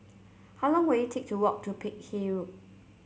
how long will it take to walk to Peck Hay Road